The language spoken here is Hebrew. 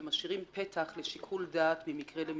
הם משאירים פתח לשיקול דעת ממקרה למקרה,